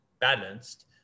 balanced